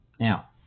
Now